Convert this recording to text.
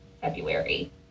February